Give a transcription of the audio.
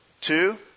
Two